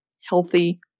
healthy